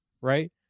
Right